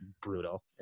brutal